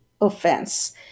offense